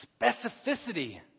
specificity